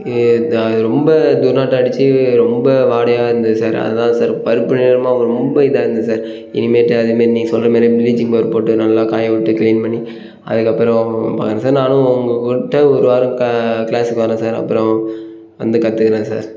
அது ரொம்ப துர்நாற்றம் அடிச்சு ரொம்ப வாடையாக இருந்தது சார் அதுதான் சார் பழுப்பு நிறமாகவும் ரொம்ப இதாக இருந்தது சார் இனிமேட்டு அதே மாதிரி நீங்கள் சொல்கிற மாதிரி ப்ளீச்சிங் பவுடர் போட்டு நல்லா காய விட்டு க்ளீன் பண்ணி அதுக்கப்புறம் பார்க்கறேன் சார் நானும் உங்கக்கிட்ட ஒரு வாரம் க க்ளாஸுக்கு வரேன் சார் அப்புறம் வந்து கற்றுக்கறேன் சார்